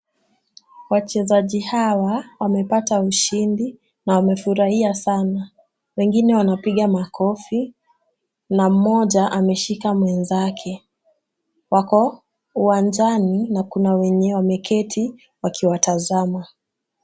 Wachezaji hawa wamepata ushindi na wamefurahia sana. Wengine wanapiga makofi na mmoja ameshika mwenzake. Wako uwanjani na kuna wenye wameketi wakiwatazama.